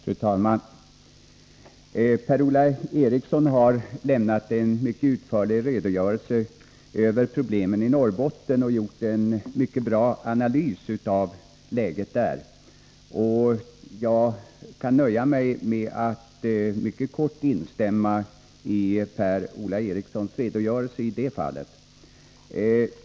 Fru talman! Per-Ola Eriksson har lämnat en mycket utförlig redogörelse för problemen i Norrbotten. Han har gjort en mycket bra analys av läget där. Jag kan nöja mig med att mycket kort instämma i Per-Ola Erikssons redogörelse i det fallet.